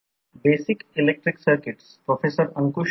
तर आता आपण परत आलो आहोत तर आपण आणखी एक उदाहरण घेऊ